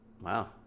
Wow